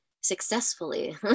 Successfully